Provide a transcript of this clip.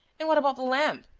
and what about the lamp?